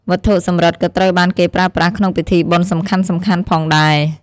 វត្ថុសំរឹទ្ធិក៏ត្រូវបានគេប្រើប្រាស់ក្នុងពិធីបុណ្យសំខាន់ៗផងដែរ។